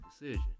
decision